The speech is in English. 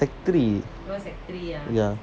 sec~ three ya